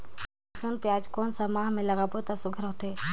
लसुन पियाज कोन सा माह म लागाबो त सुघ्घर होथे?